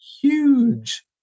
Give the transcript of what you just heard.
huge